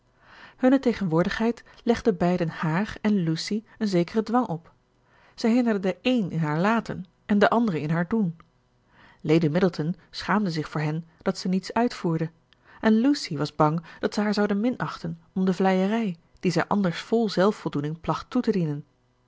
hunne tegenwoordigheid legde beiden haar en lucy een zekeren dwang op zij hinderden de eene in haar laten en de andere in haar doen lady middleton schaamde zich voor hen dat ze niets uitvoerde en lucy was bang dat ze haar zouden minachten om de vleierij die zij anders vol zelfvoldoening placht toe te dienen